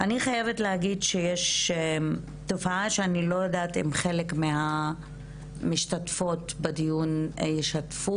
אני חייבת להגיד שיש תופעה שאני לא יודעת אם חלק מהמשתתפות בדיון ישתפו,